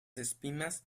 espinas